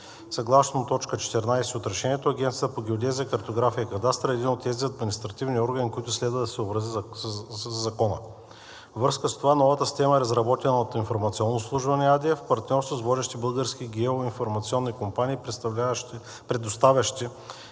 Съгласно т. 14 от Решението Агенцията по геодезия, картография и кадастър е един от тези административни органи, който следва да се съобрази със Закона. Във връзка с това новата система е разработена от „Информационно обслужване“ АД, в партньорството с водещи български геоинформационни компании, предоставящи